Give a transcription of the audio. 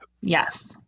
yes